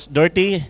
dirty